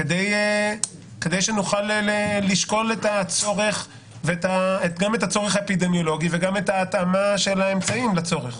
כדי שנוכל לשקול את הצורך האפידמיולוגי וגם את ההתאמה של האמצעים לצורך?